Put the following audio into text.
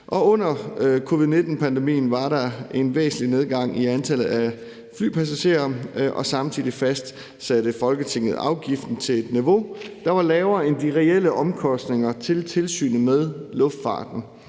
Under covid-19-pandemien var der en væsentlig nedgang i antallet af flypassagerer, og samtidig fastsatte Folketinget afgiften til et niveau, der var lavere end de reelle omkostninger til tilsynet med luftfarten.